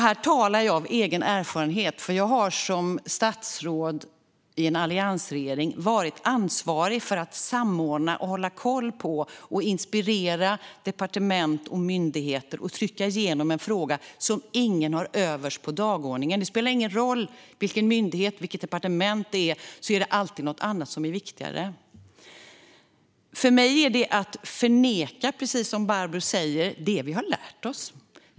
Jag talar av egen erfarenhet, för jag har som statsråd i en alliansregering varit ansvarig för att samordna, hålla koll på och inspirera departement och myndigheter och trycka igenom en fråga som ingen har överst på dagordningen. Det spelar ingen roll vilken myndighet eller departement det är: Det är alltid något annat som är viktigare. För mig är detta, precis som Barbro sa, att förneka vad vi har lärt oss.